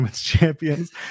champions